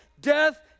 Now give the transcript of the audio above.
death